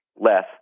less